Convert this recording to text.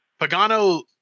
Pagano